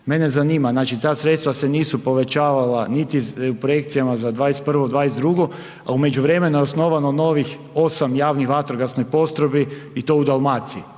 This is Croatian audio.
Mene zanima, znači ta sredstva se nisu povećavala niti u projekcijama za '21., '22., a u međuvremenu je osnovano novih 8 javnih vatrogasnih postrojbi i tu u Dalmaciji.